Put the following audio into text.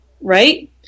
right